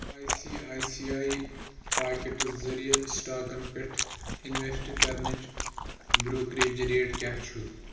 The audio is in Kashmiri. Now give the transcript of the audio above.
I C I C I pockets ذٔریعہٕ سٹاکَن پٮ۪ٹھ انویسٹ کرنٕچ بروکریج ریٹ کیٛاہ چھ